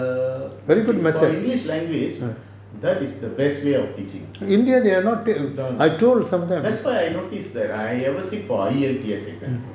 A for english language that is the best way of teaching that's why I noticed that I ever sit for I_E_L_T_S exam